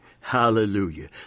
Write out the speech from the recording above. Hallelujah